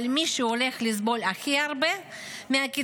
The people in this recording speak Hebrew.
אבל מי שהולך לסבול הכי הרבה מהקיצוצים